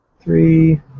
Three